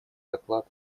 доклад